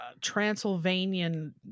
Transylvanian